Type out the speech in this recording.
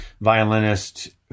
violinist